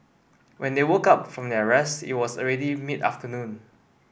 when they woke up from their rest it was already mid afternoon